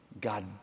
God